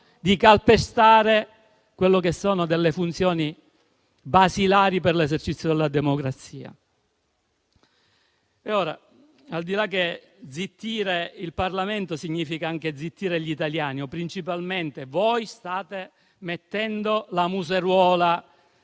di calpestare delle funzioni basilari per l'esercizio della democrazia. Inoltre, zittire il Parlamento significa anche zittire gli italiani; principalmente, voi state mettendo la museruola